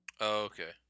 Okay